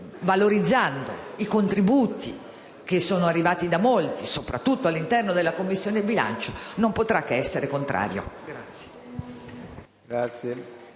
valorizzato i contributi che sono arrivati da molti (soprattutto all'interno della Commissione bilancio), non potrà che essere contrario. **Saluto